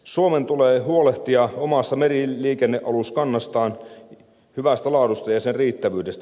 suomen tulee huolehtia omasta meriliikennealuskannastaan sen hyvästä laadusta ja riittävyydestä